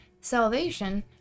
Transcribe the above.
salvation